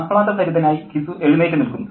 ആഹ്ളാദഭരിതനായി ഘിസു എഴുന്നേറ്റു നിൽക്കുന്നു